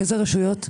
איזה רשויות?